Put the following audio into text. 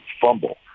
fumble